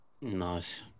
Nice